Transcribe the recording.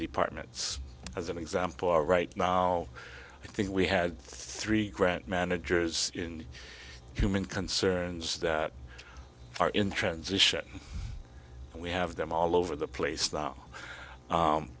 departments as an example are right now i think we had three grant managers in human concerns that are in transition and we have them all over the place now